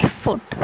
foot